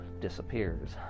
disappears